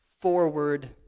forward